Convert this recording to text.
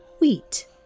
wheat